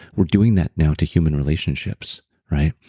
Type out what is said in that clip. we're doing that now to human relationships, right?